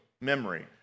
memory